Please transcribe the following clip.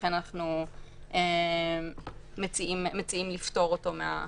ולכן אנחנו מציעים לפטור אותו.